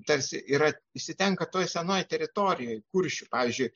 tarsi yra išsitenka toje senoje teritorijoje kuršių pavyzdžiui